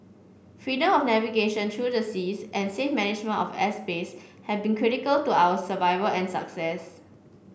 freedom of navigation through the seas and safe management of airspace have been critical to our survival and success